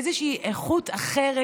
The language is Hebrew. איזושהי איכות אחרת,